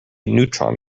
neutron